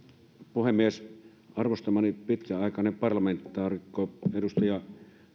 puhemies arvostamani pitkäaikainen parlamentaarikko edustaja